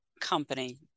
company